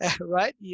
right